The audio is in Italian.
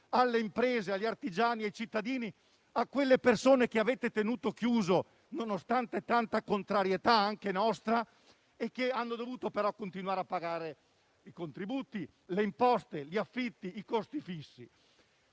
le imprese, gli artigiani, i cittadini, cioè quelle persone che avete tenuto chiuse, nonostante tanta contrarietà, anche da parte nostra, e che hanno dovuto però continuare a pagare i contributi, le imposte, gli affitti, i costi fissi.